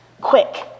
Quick